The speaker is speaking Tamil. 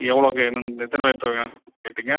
எவ்வளோக்கு வேணும் எத்தனை லிட்ரு வேணும்னு கேட்டீங்கள்